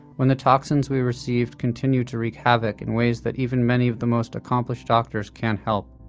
when the toxins we received continue to wreak havoc in ways that even many of the most accomplished doctors, can't help